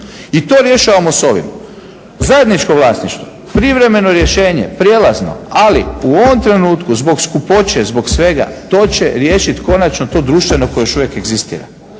I to rješavamo sa ovim. Zajedničko vlasništvo. Privremeno rješenje, prijelazno, ali u ovom trenutku zbog skupoće, zbog svega to će riješit konačno to društveno koje još uvijek egzistira